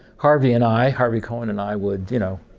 harvey and i, harvey cohen and i, would, you know,